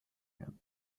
him